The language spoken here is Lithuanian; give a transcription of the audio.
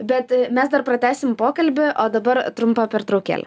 bet mes dar pratęsim pokalbį o dabar trumpa pertraukėlė